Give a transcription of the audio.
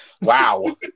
wow